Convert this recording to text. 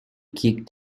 kicked